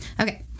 okay